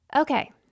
Okay